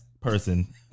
person